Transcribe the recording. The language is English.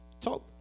Talk